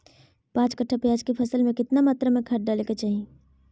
पांच कट्ठा प्याज के फसल में कितना मात्रा में खाद डाले के चाही?